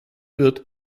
wird